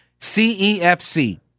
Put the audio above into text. CEFC